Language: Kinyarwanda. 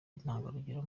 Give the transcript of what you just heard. intangarugero